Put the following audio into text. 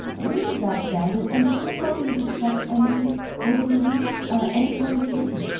where does that stand? and and can americans expect any further relief anytime soon?